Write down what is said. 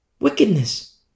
Wickedness